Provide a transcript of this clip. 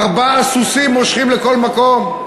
ארבעה סוסים מושכים לכל מקום.